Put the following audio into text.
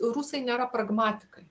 rusai nėra pragmatikai